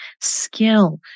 skill